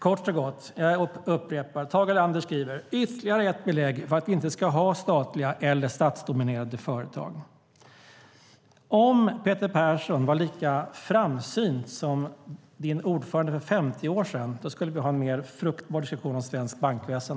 Jag upprepar: Ytterligare ett belägg för att vi inte ska ha statliga eller statsdominerade företag. Om Peter Persson var lika framsynt som hans partis ordförande för 50 år sedan skulle vi kunna ha en mer fruktbar diskussion om svenskt bankväsen.